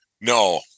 No